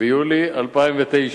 ביולי 2009,